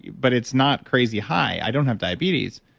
but it's not crazy high. i don't have diabetes.